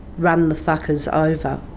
run the fuckers over.